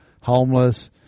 Homeless